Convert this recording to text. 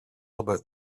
about